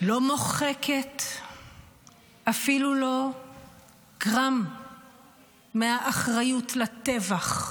לא מוחקת אפילו לא גרם מהאחריות לטבח,